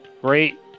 great